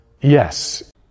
yes